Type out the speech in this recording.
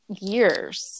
years